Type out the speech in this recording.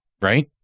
right